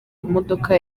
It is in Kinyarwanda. imodoka